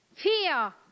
Fear